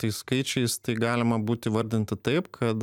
tais skaičiais tai galima būt įvardinti taip kad